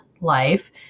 life